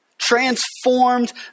Transformed